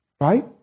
right